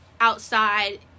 outside